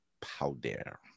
powder